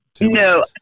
no